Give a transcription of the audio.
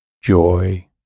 joy